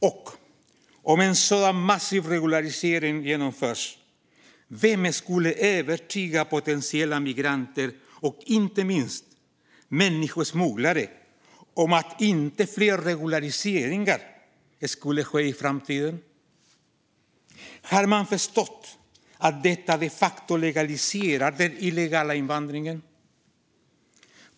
Och om en sådan massiv regularisering genomförs, vem skulle övertyga potentiella migranter och inte minst människosmugglare om att inte fler regulariseringar skulle ske i framtiden? Har man förstått att detta de facto legaliserar den illegala invandringen?